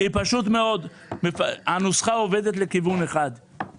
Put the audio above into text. פשוט מאוד, הנוסחה עובדת לכיוון אחד.